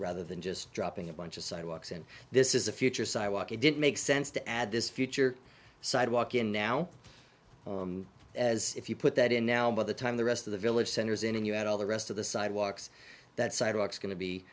rather than just dropping a bunch of sidewalks and this is a future sidewalk it didn't make sense to add this future sidewalk in now as if you put that in now by the time the rest of the village centers in and you've got all the rest of the sidewalks that sidewalks going to be